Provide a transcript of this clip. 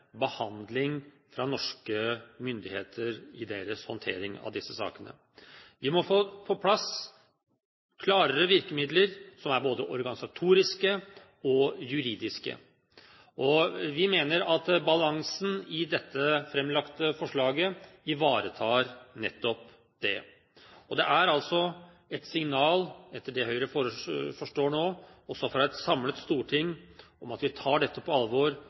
behandling fra norske myndigheter i deres håndtering av disse sakene. Vi må få på plass klarere virkemidler som er både organisatoriske og juridiske. Vi mener at balansen i dette framlagte forslaget ivaretar nettopp det. Det er altså et signal – etter det Høyre forstår nå, også fra et samlet storting – om at vi tar dette på alvor